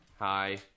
Hi